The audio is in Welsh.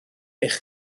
eich